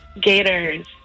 Gators